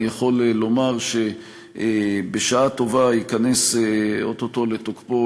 אני יכול לומר שבשעה טובה ייכנס או-טו-טו לתוקפו